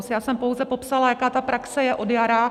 Já jsem pouze popsala, jaká ta praxe je od jara.